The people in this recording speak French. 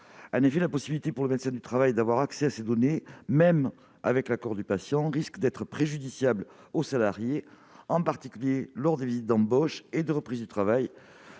En effet, permettre au médecin du travail d'accéder à ces données, même avec l'accord du patient, risque d'être préjudiciable au salarié, en particulier lors des visites d'embauche et de reprise du travail,